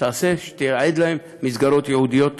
אם תייעד להם מסגרות ייעודיות.